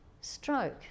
Stroke